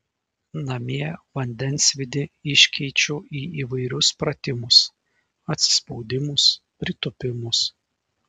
namie vandensvydį iškeičiu į įvairius pratimus atsispaudimus pritūpimus